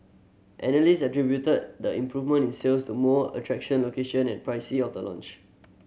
analyst attributed the improvement in sales to more attraction location and pricing of the launch